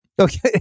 Okay